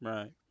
Right